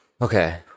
Okay